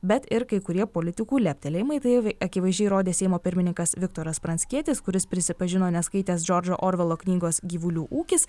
bet ir kai kurie politikų leptelėjimai tai akivaizdžiai įrodė seimo pirmininkas viktoras pranckietis kuris prisipažino neskaitęs džordžo orvelo knygos gyvulių ūkis